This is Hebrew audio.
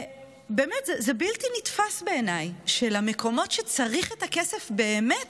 זה באמת בלתי נתפס בעיניי שבמקומות שצריך את הכסף באמת,